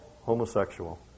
homosexual